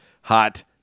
Hot